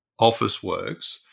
Officeworks